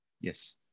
Yes